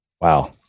wow